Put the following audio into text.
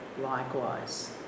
likewise